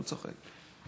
הוא צוחק.